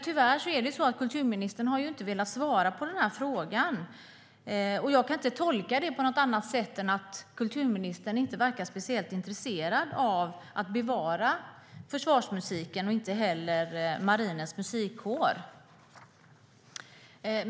Tyvärr har kulturministern inte velat svara på denna fråga. Jag kan inte tolka det på något annat sätt än att hon inte verkar vara speciellt intresserad av att bevara försvarsmusiken och inte heller Marinens Musikkår.